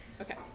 Okay